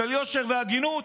של יושר והגינות,